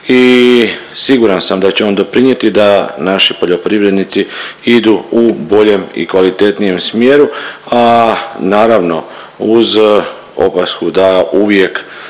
i siguran sam da će on doprinjeti da naši poljoprivrednici idu u boljem i kvalitetnijem smjeru, a naravno uz opasku da uvijek